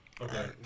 Okay